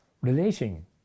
relating